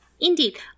Indeed